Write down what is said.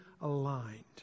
aligned